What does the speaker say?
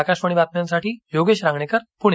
आकाशवाणी बातम्यांसाठी योगेश रांगणेकर पुणे